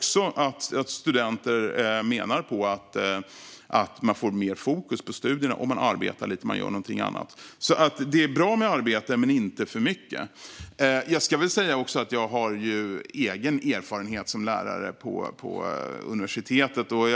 Studenter menar även att man får mer fokus på studierna om man arbetar lite och gör någonting annat. Det är alltså bra med arbete men inte för mycket. Jag ska säga att som lärare på universitet har jag även egen erfarenhet av detta.